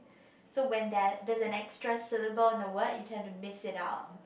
so when there there's an extra syllable in the word you tend to miss it out